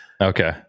okay